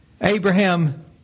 Abraham